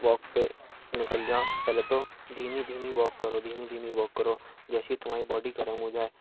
walk पर निकल जाओ पहले तो धीमी धीमी वॉक करो धीमी धीमी वॉक करो जैसे ही तुम्हारी बॉडी गरम हो जाए